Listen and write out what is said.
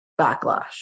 backlash